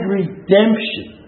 redemption